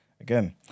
again